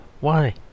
Why